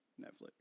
Netflix